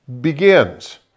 begins